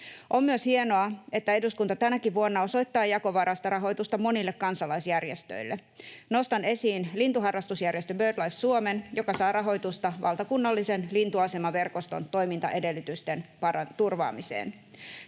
On myös hienoa, että eduskunta tänäkin vuonna osoittaa jakovarasta rahoitusta monille kansalaisjärjestöille. Nostan esiin lintuharrastusjärjestö BirdLife Suomen, joka saa rahoitusta valtakunnallisen lintuasemaverkoston toimintaedellytysten turvaamiseen.